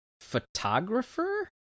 photographer